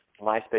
MySpace